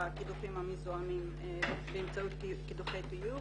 בקידוחים המזוהמים באמצעות קידוחי ביוב